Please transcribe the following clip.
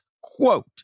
quote